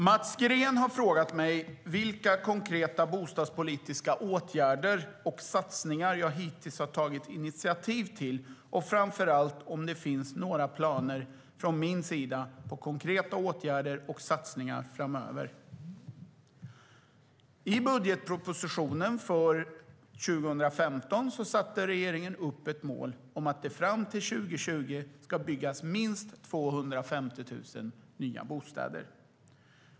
Mats Green har frågat mig vilka konkreta bostadspolitiska åtgärder och satsningar jag hittills har tagit initiativ till och framför allt om det finns några planer från min sida på konkreta åtgärder och satsningar framöver.I budgetpropositionen för 2015 satte regeringen upp ett mål om att det fram till 2020 ska byggas minst 250 000 nya bostäder.